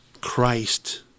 Christ